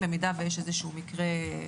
במידה ויש איזשהו מקרה,